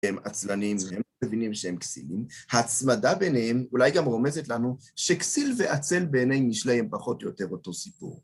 שהם עצלנים והם מבינים שהם כסילים, ההצמדה ביניהם אולי גם רומזת לנו שכסיל ועצל ביניהם יש להם פחות או יותר אותו סיפור.